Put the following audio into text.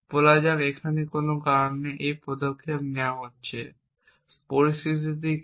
বলা যাক এখন কোনো কারণে এই পদক্ষেপ নেওয়া হচ্ছে পরিস্থিতি কী